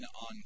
on